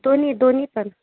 दोन्ही दोन्ही पण